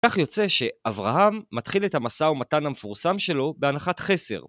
כך יוצא שאברהם מתחיל את המסע ומתן המפורסם שלו בהנחת חסר.